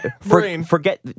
forget